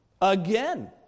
Again